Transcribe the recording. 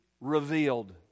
revealed